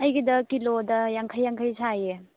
ꯑꯩꯒꯤꯗ ꯀꯤꯂꯣꯗ ꯌꯥꯡꯈꯩ ꯌꯥꯡꯈꯩ ꯁꯥꯏꯌꯦ